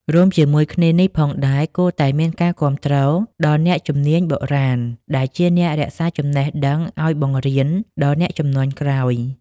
រួមជាមួយគ្នានេះផងដែរ គួរតែមានការគាំទ្រដល់អ្នកជំនាញបុរាណដែលជាអ្នករក្សាចំណេះដឹងឲ្យបង្រៀនដល់អ្នកជំនាន់ក្រោយ។